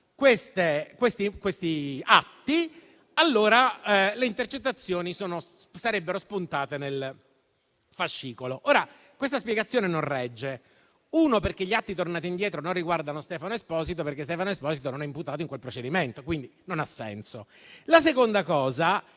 imputati, le intercettazioni sarebbero spuntate nel fascicolo. Questa spiegazione non regge, in primo luogo perché gli atti tornati indietro non riguardano Stefano Esposito, perché Stefano Esposito non è imputato in quel procedimento, quindi la cosa non ha senso; in secondo luogo,